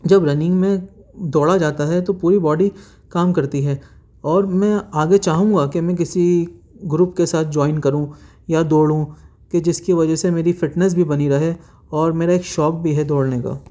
جب رننگ میں دوڑا جاتا ہے تو پوری باڈی کام کرتی ہے اور میں آگے چاہوں گا کہ میں کسی گروپ کے ساتھ جوائن کروں یا دوڑوں کہ جس کی وجہ سے میری فٹنس بھی بنی رہے اور میرا ایک شوق بھی ہے دوڑنے کا